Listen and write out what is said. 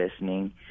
listening